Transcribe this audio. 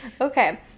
okay